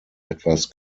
etwas